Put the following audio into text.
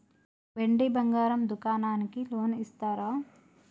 వెండి బంగారం దుకాణానికి లోన్ ఇస్తారా?